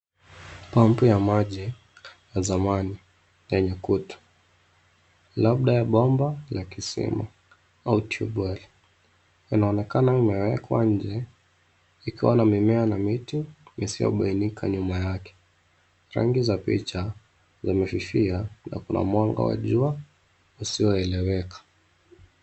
Pump ya maji ya zamani yenye kutu labda ya bomba la kisima au tubuwari inaonekana imewekwa nje ikiwa na mimea na miti isiyo bainika nyuma yake. Rangi za picha zimefifia na kuna mwanga wa jua usio eleweka.